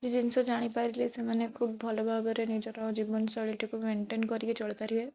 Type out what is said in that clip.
କିଛି ଜିନିଷ ଜାଣି ପାରିଲେ ସେମାନେ ଖୁବ ଭଲ ଭାବରେ ନିଜର ଜୀବନଶୈଳୀ ଟି କୁ ମେନଟେନ କରିକି ଚଳି ପାରିବେ